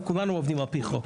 כולנו עובדים על פי חוק.